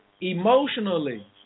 emotionally